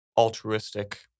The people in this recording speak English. altruistic